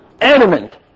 element